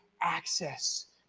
access